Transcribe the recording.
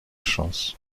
chance